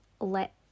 let